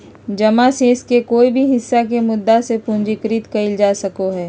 जमा शेष के कोय भी हिस्सा के मुद्दा से पूंजीकृत कइल जा सको हइ